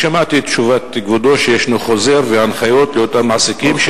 שמעתי את תשובת כבודו שיש חוזר והנחיות לאותם מעסיקים,